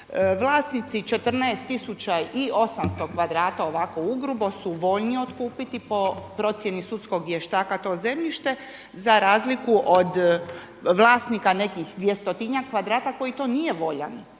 Vlasnici 14 tisuća i 800 kvadrata, ovako ugrubo su voljni otkupiti po procjeni sudskog vještaka to zemljište za razliku od vlasnika nekih 200-njak kvadrata koji to nije voljan